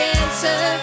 answer